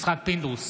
יצחק פינדרוס,